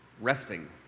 resting